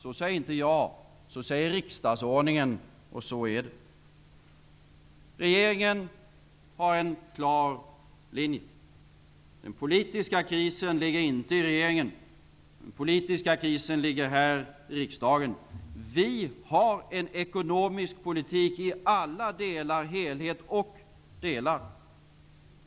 Så säger inte jag -- så säger riksdagsordningen, och så är det. Regeringen har en klar linje. Den politiska krisen ligger inte i regeringen. Den politiska krisen ligger här i riksdagen. Vi har en ekonomisk politik i alla delar, helhet och delar.